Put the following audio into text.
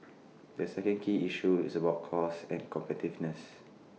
the second key issue is about costs and competitiveness